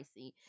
Pricey